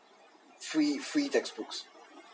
three free textbooks